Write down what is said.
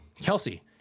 Kelsey